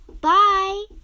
bye